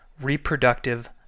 reproductive